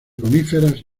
coníferas